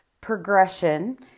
progression